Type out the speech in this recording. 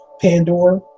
Pandora